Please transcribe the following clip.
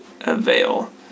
avail